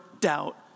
doubt